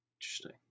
interesting